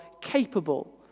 capable